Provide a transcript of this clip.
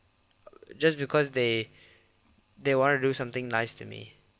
just because they they want to do something nice to me